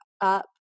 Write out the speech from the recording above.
up